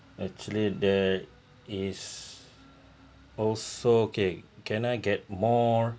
actually there is also okay can I get more